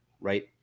right